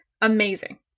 Amazing